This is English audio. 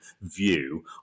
view